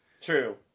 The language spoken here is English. True